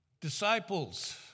Disciples